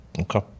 okay